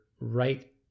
right